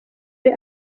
ari